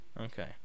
Okay